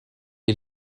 est